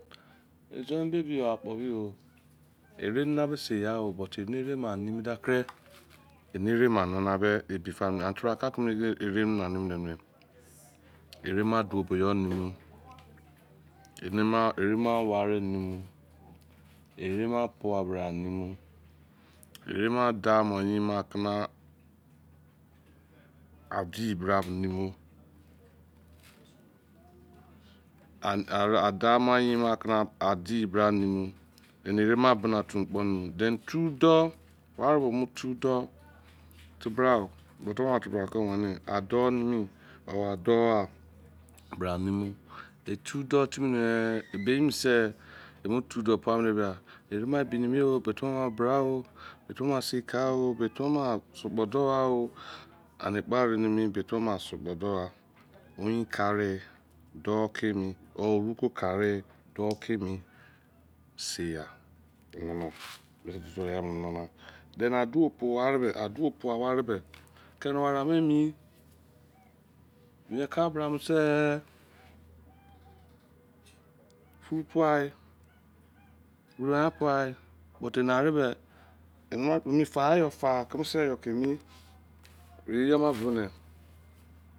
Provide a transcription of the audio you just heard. Izan be bi akpoomeyoo erenekpoo seyaa oo but inereman niminapree inereman nana ebifiamieoo tebra ke ereman nenamene, ereman doo bou yoo niminiee erenian ware nimiee areman puabranimiee areman doumon yenmon adibra mon nimiee adoumon yenmon adidebraa nimiee areman bena otukponimiee then tudou wareke mutudou mentubumantebrake wenemene adou abra nimiee mentu buman ebinuu mentubuman seikaa tubuman sukpodou aaoo ayinkare doukemie or owukekare douthemi seiyma then adou pou wareme menkabrase tutuaee but inereme fayofa kemese yeyor babonee